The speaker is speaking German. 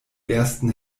ersten